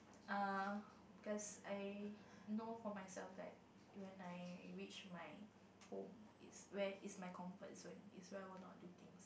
err that's I know for myself there then I wish my hope is where is my comfort zone is well were not to think